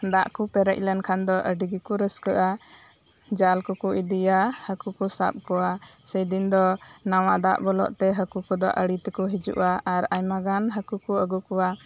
ᱫᱟᱜ ᱠᱚ ᱯᱮᱨᱮᱡ ᱞᱮᱱᱠᱷᱟᱱ ᱫᱚ ᱟᱰᱤ ᱜᱮᱠᱚ ᱨᱟᱹᱥᱠᱟᱹᱜᱼᱟ ᱡᱟᱞ ᱠᱚᱠᱚ ᱤᱫᱤᱭᱟ ᱦᱟᱹᱠᱩ ᱠᱚ ᱥᱟᱵ ᱠᱚᱣᱟ ᱥᱮᱫᱤᱱ ᱫᱚ ᱱᱟᱣᱟ ᱫᱟᱜ ᱵᱚᱞᱚᱜ ᱛᱮ ᱦᱟᱠᱩ ᱠᱚᱫᱚ ᱟᱲᱤ ᱛᱮᱠᱚ ᱦᱤᱡᱩᱜᱼᱟ ᱟᱨ ᱟᱭᱢᱟ ᱜᱟᱱ ᱦᱟᱹᱠᱩ ᱠᱚ ᱟᱹᱜᱩ ᱠᱚᱣᱟ